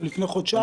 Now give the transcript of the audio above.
לפני חודשיים?